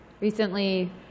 Recently